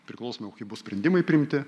priklausomai kokie bus sprendimai priimti